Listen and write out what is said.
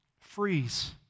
Freeze